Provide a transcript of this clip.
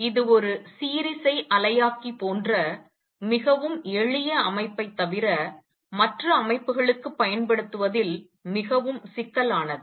இது ஒரு சீரிசை அலையாக்கி போன்ற மிகவும் எளிய அமைப்பைத் தவிர மற்ற அமைப்புகளுக்கு பயன்படுத்துவதில் மிகவும் சிக்கலானது